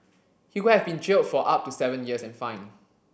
he could have been jailed for up to seven years and fined